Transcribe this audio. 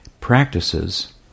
practices